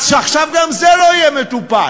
אז עכשיו גם זה לא יהיה מטופל,